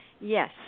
Yes